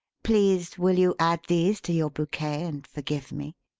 please, will you add these to your bouquet and forgive me?